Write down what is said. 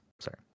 Sorry